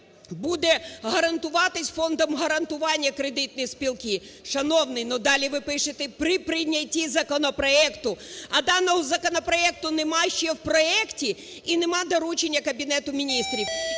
буде гарантуватися Фондом гарантування кредитні спілки. Шановний, ну далі ви пишете: "при прийнятті законопроекту". А даного законопроекту нема ще в проекті і нема доручення Кабінету Міністрів.